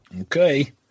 Okay